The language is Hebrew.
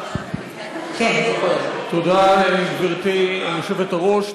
תודה לגברתי היושבת-ראש.